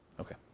Okay